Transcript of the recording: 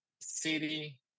city